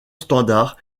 standards